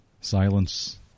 Silence